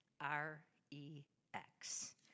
R-E-X